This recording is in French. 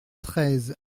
treize